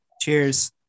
cheers